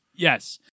Yes